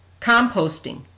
composting